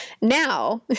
now